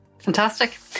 Fantastic